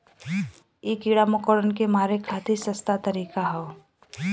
इ कीड़ा मकोड़ा के मारे खातिर सस्ता तरीका हौ